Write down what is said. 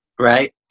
right